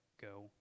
go